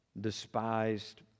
despised